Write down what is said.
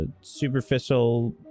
Superficial